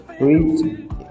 read